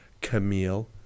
Camille